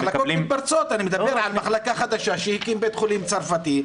הם מקבלים --- אני מדבר על מחלקה חדשה שהקים בית-חולים צרפתי.